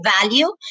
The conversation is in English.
value